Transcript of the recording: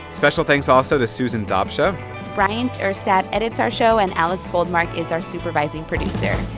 special thanks, also, to susan dobscha bryant urstadt edits our show, and alex goldmark is our supervising producer.